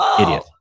idiot